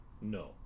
No